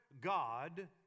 God